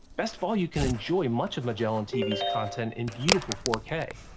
best of all, you can enjoy much of magellantv's content in beautiful four k.